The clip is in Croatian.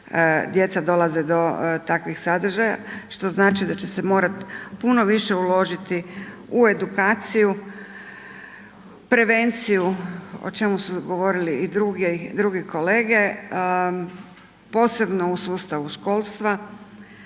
djeca dolaze do takvih sadržaja, što znači da će se morati puno više uložiti u edukaciju, prevenciju, o čemu su govorili i drugi kolege. Posebno u sustavu školstva,